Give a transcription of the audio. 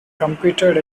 competed